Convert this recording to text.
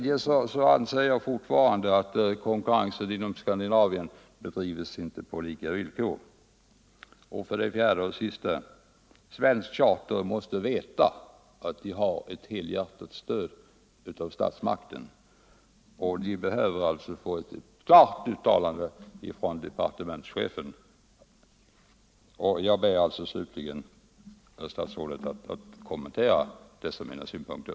Jag anser fortfarande att konkurrensen inom Skandinavien inte bedrivs på lika villkor. 4. Svenskt charterflyg måste veta att det har ett helhjärtat stöd av statsmakten och behöver alltså få ett klart uttalande från departementschefen. Jag ber slutligen herr statsrådet att kommentera dessa mina synpunkter.